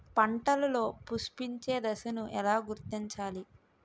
పంటలలో పుష్పించే దశను ఎలా గుర్తించాలి?